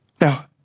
Now